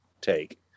take